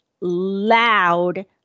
loud